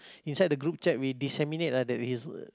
inside the group chat we disseminate ah that he's uh